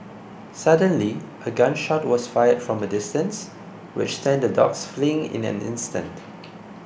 suddenly a gun shot was fired from a distance which sent the dogs fleeing in an instant